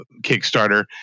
Kickstarter